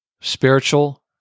spiritual